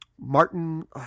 Martin